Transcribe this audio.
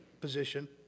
position